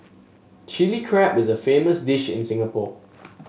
Chilli Crab is a famous dish in Singapore